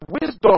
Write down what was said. wisdom